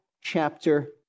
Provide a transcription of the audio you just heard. chapter